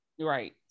Right